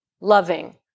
loving